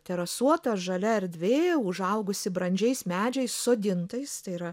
terasuota žalia erdvė užaugusi brandžiais medžiais sodintaistai yra